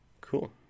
Cool